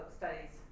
studies